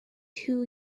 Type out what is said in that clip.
two